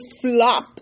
flop